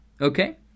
okay